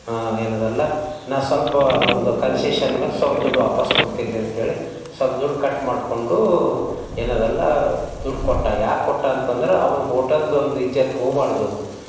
ಏನದಲ್ಲ ನಾನು ಸ್ವಲ್ಪ ಒಂದು ಕನ್ಸೇಷನ್ ಮೇಲೆ ಸ್ವಲ್ಪ ದುಡ್ಡು ವಾಪಸ್ಸು ಕೊಡ್ತೀನ್ರಿ ಅಂಥೇಳಿ ಸ್ವಲ್ಪ ದುಡ್ಡು ಕಟ್ ಮಾಡಿಕೊಂಡು ಏನದಲ್ಲ ದುಡ್ಡು ಕೊಟ್ಟ ಯಾಕೆ ಕೊಟ್ಟ ಅಂತಂದ್ರೆ ಅವನ ಹೋಟೆಲ್ದು ಒಂದು ಇಜ್ಜತ್ ಹೋಗಬಾರ್ದು